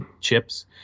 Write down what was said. chips